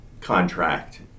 contract